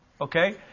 Okay